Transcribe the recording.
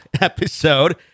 episode